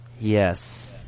Yes